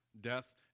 Death